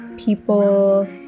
People